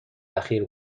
اخیر